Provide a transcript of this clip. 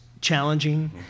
challenging